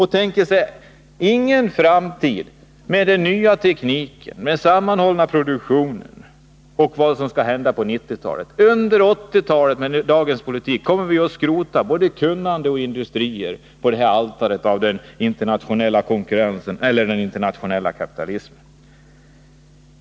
Han ser ingen framtid i utnyttjandet av ny teknik och sammanhållen produktion. Inte heller reflekterar han över vad som kommer att hända på 1990-talet. Med dagens politik kommer vi under 1980-talet att offra både kunnande och industrier på den internationella kapitalismens altare.